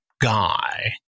guy